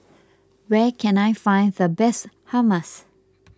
where can I find the best Hummus